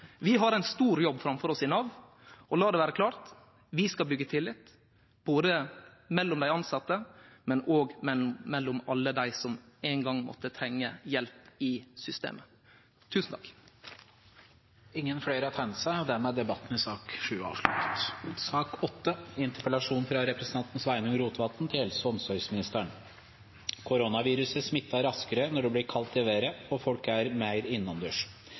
Vi har ein stor jobb framfor oss i Nav, og la det vere klart: Vi skal byggje tillit, både mellom dei tilsette og mellom alle dei som ein gong måtte trenge hjelp i Nav-systemet. Flere har ikke bedt om ordet til sak nr. 7. Første taler er interpellanten, Sveinung Rotevatn. Presidenten takker representanten for at man får øvd på nynorsken også. Det er